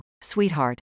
sweetheart